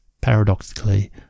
paradoxically